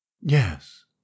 Yes